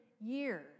years